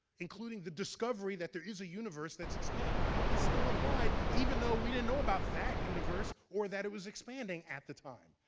including the discovery that there is a universe that's expanding. it still applied, even though we didn't know about that universe or that it was expanding at the time.